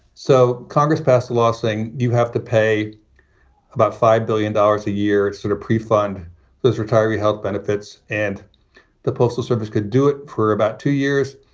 so congress passed a law saying you have to pay about five billion dollars a year to sort of prefund those retiree health benefits. and the postal service could do it for about two years.